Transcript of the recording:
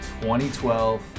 2012